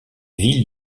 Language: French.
ville